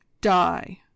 Die